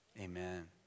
Amen